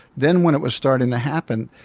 then when it was starting to happen,